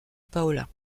paola